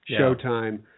Showtime